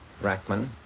Rackman